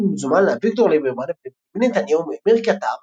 במזומן לאביגדור ליברמן ולבנימין נתניהו מאמיר קטר,